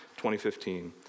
2015